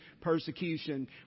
persecution